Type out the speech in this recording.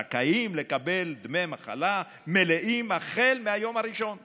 זכאים לקבל דמי מחלה מלאים החל מהיום הראשון למחלתם.